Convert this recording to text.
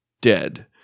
dead